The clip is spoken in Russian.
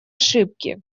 ошибки